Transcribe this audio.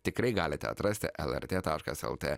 tikrai galite atrasti lrt taškas lt